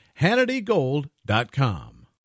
HannityGold.com